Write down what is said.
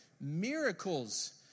Miracles